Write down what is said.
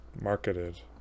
marketed